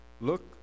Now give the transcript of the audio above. Look